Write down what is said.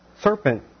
serpent